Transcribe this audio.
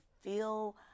feel